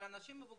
על אנשים מבוגרים.